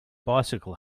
bicycle